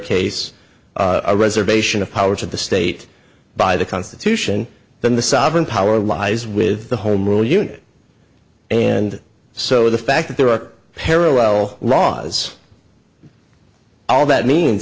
case a reservation of powers of the state by the constitution then the sovereign power lies with the home rule unit and so the fact that there are parallel ra's all that means